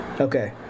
okay